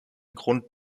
grund